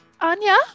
Anya